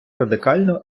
радикально